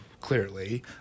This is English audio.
clearly